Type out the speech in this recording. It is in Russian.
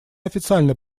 официально